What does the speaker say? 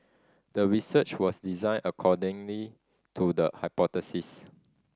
the research was designed accordingly to the hypothesis